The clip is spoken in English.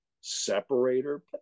separator